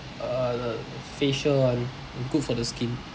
uh facial [one] good for the skin